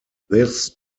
this